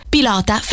Pilota